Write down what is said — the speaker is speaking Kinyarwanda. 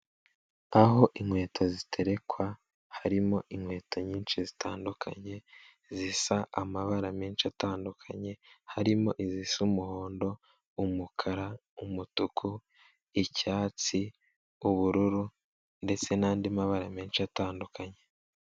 Aho inkweto ziterekwa harimo inkweto nyinshi zitandukanye zisa amabara menshi atandukanye harimo izisa umuhondo, umukara ,umutuku n'icyatsi n'ubururu ndetse n'andi mabara menshi atandukanye.